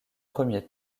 premier